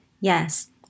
Yes